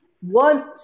One